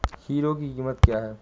Hero की कीमत क्या है?